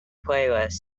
playlist